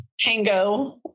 Tango